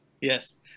yes